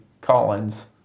Collins